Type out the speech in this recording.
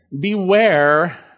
Beware